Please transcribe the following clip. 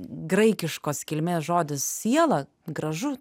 graikiškos kilmės žodis siela gražu